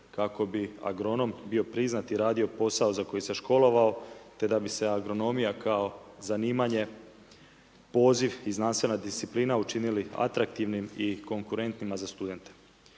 kako bi agronom bio priznat i radio posao za koji se je školovao, te da bi se agronomija kao zanimanje poziv i znanstvena disciplina učinili atraktivni i konkurentima za studente.